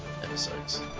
episodes